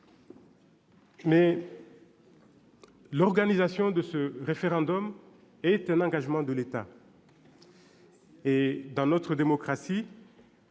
l'organisation de ce référendum est un engagement de l'État. Dans notre démocratie,